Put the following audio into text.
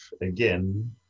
again